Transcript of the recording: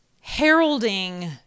heralding